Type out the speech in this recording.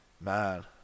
Man